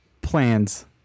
plans